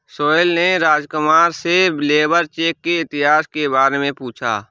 सोहेल ने राजकुमार से labour check के इतिहास के बारे में पूछा